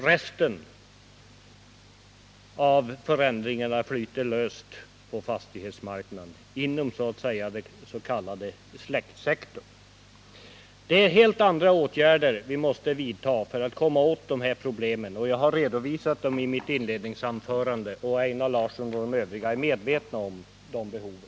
Resten av förvärven flyter löst på fastighetsmarknaden inom den s.k. släktsektorn. Det är helt andra åtgärder vi måste vidta för att komma åt de här problemen. Jag har redovisat dem i mitt inledningsanförande. Einar Larsson och de övriga är medvetna om de behoven.